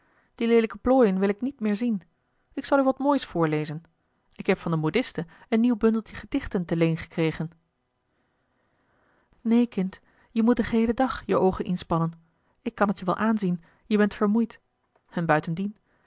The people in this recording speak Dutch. die leelijke plooien wil ik niet meer zien ik zal u wat moois voorlezen ik heb van de modiste een nieuw bundeltje gedichten ter leen gekregen eli heimans willem roda neen kind je moet den geheelen dag je oogen inspannen ik kan het je wel aanzien je bent vermoeid en buitendien